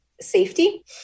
safety